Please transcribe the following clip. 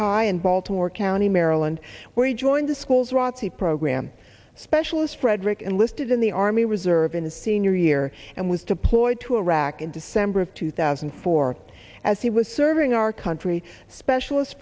high in baltimore county maryland where he joined the school's razzi program specialist frederick enlisted in the army reserve in his senior year and was deployed to iraq in december of two thousand and four as he was serving our country specialist